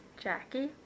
Jackie